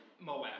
Moab